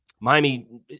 Miami